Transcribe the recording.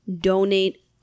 donate